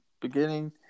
beginning